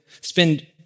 spend